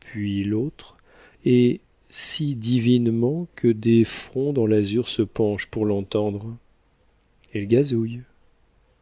puis l'autre et si divinement que des fronts dans l'azur se penchent pour l'entendre elle gazouille